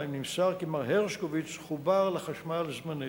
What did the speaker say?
נמסר כי מר הרשקוביץ חובר לחשמל זמנית.